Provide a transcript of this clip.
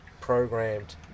programmed